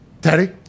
Teddy